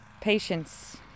Patience